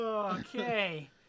Okay